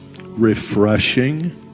refreshing